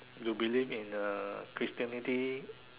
you believe in uh Christianity